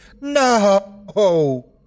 No